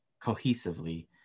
cohesively